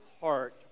heart